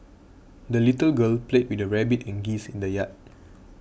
the little girl played with her rabbit and geese in the yard